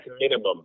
Minimum